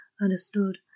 understood